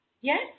Yes